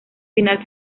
final